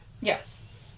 Yes